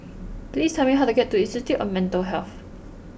please tell me how to get to Institute of Mental Health